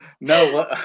No